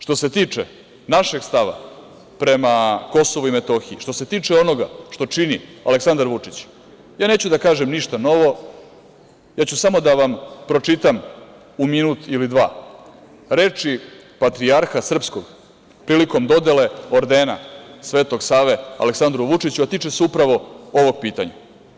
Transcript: Što se tiče našeg stava prema KiM, što se tiče onoga što čini Aleksandar Vučić, ja neću da kažem ništa novo, ja ću samo da vam pročitam u minut ili dva reči patrijarha srpskog prilikom dodele ordena Svetog Save Aleksandru Vučiću, a tiče se upravo ovog pitanja.